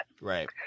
right